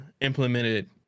implemented